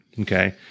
okay